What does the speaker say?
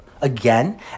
again